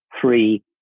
three